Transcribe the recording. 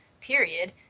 period